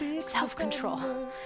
self-control